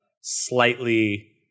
slightly